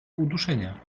uduszenia